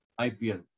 IPL